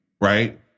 right